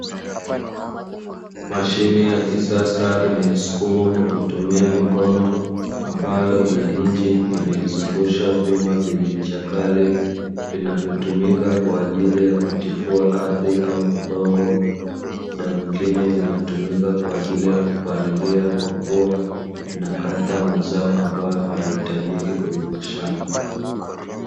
Mashine ya kisasa inayosukumwa kwa kutumia mikono ambayo ina injini inayozungusha vyuma venye ncha kali vinavyotumika kwa ajili ya kutifua ardhi au udongo, muda mwingine vinatumika kwa ajili ya kupalilia kwa kuwa vinakata mazao ambayo hayaitajiki kwenye mashamba.